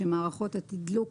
שמערכות התדלוק,